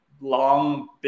long